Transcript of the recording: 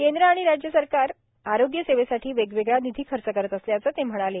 केंद्र आणि राज्य सरकारं आरोग्य सेवेसाठी वेगवेगळा निधी खर्च करत असल्याचं ते म्हणाले